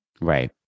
Right